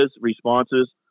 responses